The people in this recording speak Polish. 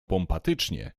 pompatycznie